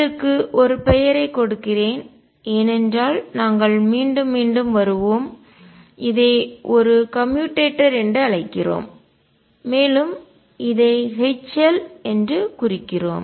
இதற்கு ஒரு பெயரைக் கொடுக்கிறேன் ஏனென்றால் நாங்கள் மீண்டும் மீண்டும் வருவோம் இதை ஒரு கம்யூடேட்டர் என்று அழைக்கிறோம் மேலும் இதை H L என்று குறிக்கிறோம்